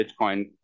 Bitcoin